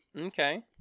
Okay